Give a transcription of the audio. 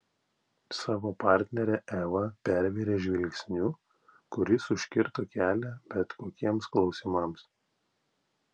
savo partnerę eva pervėrė žvilgsniu kuris užkirto kelią bet kokiems klausimams